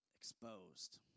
Exposed